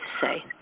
say